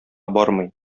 бармый